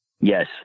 Yes